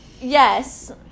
yes